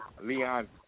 Leon